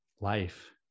life